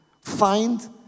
find